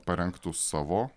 parengtų savo